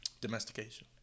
Domestication